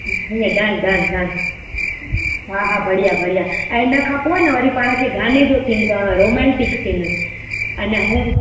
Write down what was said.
हीअं done done done हा हा बढ़िया बढ़िया ऐं इन खां पोइ न वरी पाण खे गाने जो सिन करणु रोमांटिक सिन अञा हो